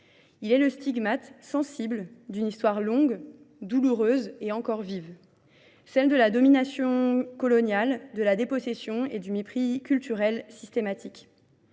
Il est le stigmate sensible d'une histoire longue, douloureuse et encore vive. celle de la domination coloniale, de la dépossession et du mépris culturel systématique.